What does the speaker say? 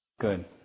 Good